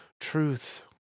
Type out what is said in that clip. Truth